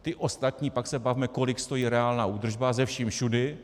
Ty ostatní pak se bavme, kolik stojí reálná údržba se vším všudy.